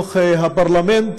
בתוך הפרלמנט.